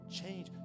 change